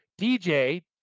DJ